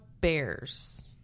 bears